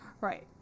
right